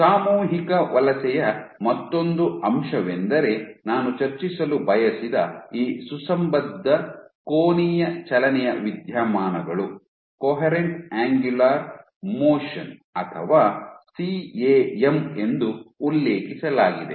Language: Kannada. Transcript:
ಸಾಮೂಹಿಕ ವಲಸೆಯ ಮತ್ತೊಂದು ಅಂಶವೆಂದರೆ ನಾನು ಚರ್ಚಿಸಲು ಬಯಸಿದ ಈ ಸುಸಂಬದ್ಧ ಕೋನೀಯ ಚಲನೆಯ ವಿದ್ಯಮಾನಗಳು ಕೊಹೆರೆಂಟ್ ಅಂಗುಲರ್ ಮೋಶನ್ ಅಥವಾ ಸಿಎಎಮ್ ಎಂದು ಉಲ್ಲೇಖಿಸಲಾಗಿದೆ